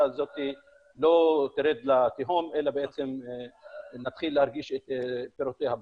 הזו לא תרד לתהום ונתחיל להרגיש את פירותיה בשטח.